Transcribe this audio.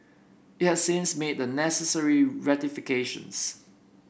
it has since made the necessary rectifications